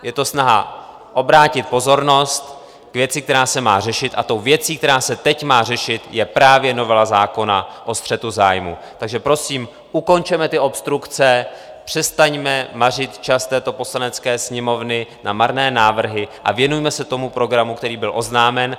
Je to snaha obrátit pozornost k věci, která se má řešit, a tou věcí, která se teď má řešit, je právě novela zákona o střetu zájmů, takže prosím, ukončeme ty obstrukce, přestaňme mařit čas této Poslanecké sněmovny na marné návrhy a věnujme se programu, který byl oznámen.